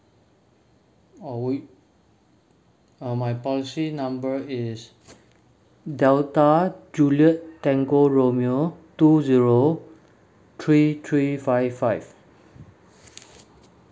or will uh my policy number is delta juliette tango romeo two zero three three five five